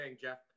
Jeff